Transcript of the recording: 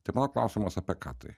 tai mano klausiamas apie ką tai